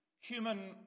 human